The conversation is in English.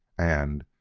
and,